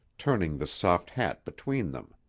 turning the soft hat between them.